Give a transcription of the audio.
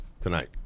tonight